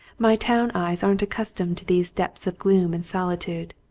my town eyes aren't accustomed to these depths of gloom and solitude.